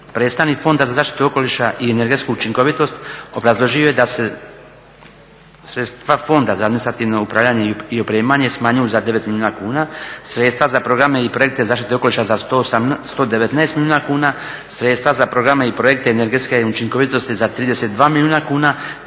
Predstavnik Fonda za zaštitu okoliša i energetsku učinkovitost obrazložio je da se sredstva Fonda za administrativno upravljanje i opremanje smanjuju za 9 milijuna kuna, sredstva za programe i projekte zaštite okoliša za 119 milijuna kuna, sredstva za programe i projekte energetske učinkovitosti za 32 milijuna kuna